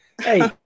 Hey